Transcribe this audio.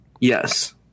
Yes